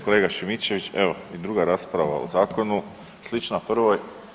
Kolega Šimičević, evo i druga rasprava O zakonu slična prvoj.